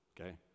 Okay